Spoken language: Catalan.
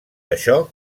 això